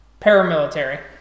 paramilitary